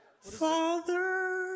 Father